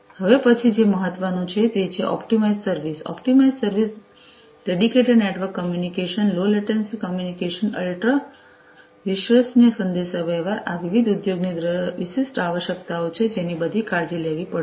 હવે પછી જે મહત્ત્વનું છે તે છે optimise service optimise service dedicated network communication low latency communication ultra વિશ્વસનીય સંદેશાવ્યવહાર આ વિવિધ ઉદ્યોગની વિશિષ્ટ આવશ્યકતાઓ છે જેની બધી કાળજી લેવી પડશે